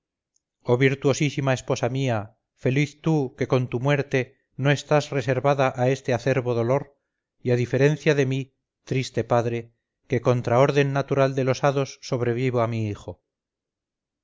dioses oh virtuosísima esposa mía feliz tú que con tu muerte no estás reservada a este acerbo dolor y a diferencia de mi triste padre que contra orden natural de los hados sobrevivo a mi hijo